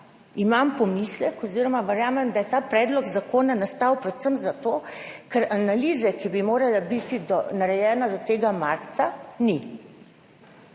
imam pomislek oziroma verjamem, da je ta predlog zakona nastal predvsem zato, ker analize, ki bi morala biti narejena do tega marca, ni.